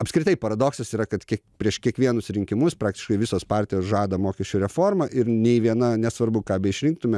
apskritai paradoksas yra kad kiek prieš kiekvienus rinkimus praktiškai visos partijos žada mokesčių reformą ir nei viena nesvarbu ką beišrinktume